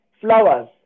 flowers